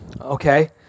Okay